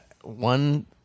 one